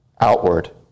outward